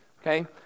Okay